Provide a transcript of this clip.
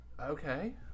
Okay